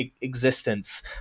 existence